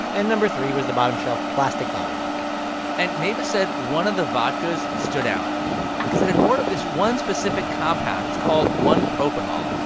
and number three was the bottom-shelf, plastic-bottle vodka and neva said one of the vodkas stood out because it had more of this one specific compound. it's called one propanol.